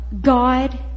God